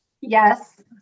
yes